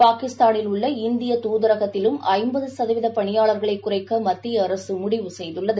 பாகிஸ்தானில் உள்ள இந்தியதுாதரகத்திலும் ஜம்ப துசதவீதபணியாளர்களைக் குறைக்கமத்திய அரசுமுடிவுசெய்துள்ளது